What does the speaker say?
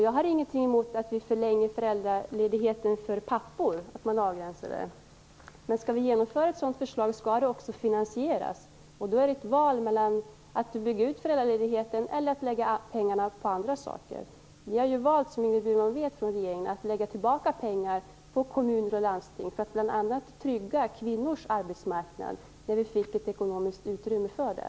Jag har inget emot att vi förlänger föräldraledigheten för pappor, men skall vi genomföra ett sådant förslag skall det också finansieras. Då är det ett val mellan att bygga ut föräldraledigheten och att lägga pengarna på andra saker. Som Ingrid Burman vet har regeringen valt att lägga tillbaka pengar på kommuner och landsting för att bl.a. trygga kvinnors arbetsmarknad när vi fick ekonomiskt utrymme för det.